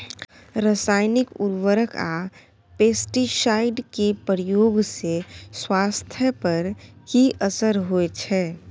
रसायनिक उर्वरक आ पेस्टिसाइड के प्रयोग से स्वास्थ्य पर कि असर होए छै?